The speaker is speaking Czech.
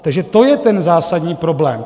Takže to je ten zásadní problém.